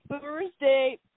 Thursday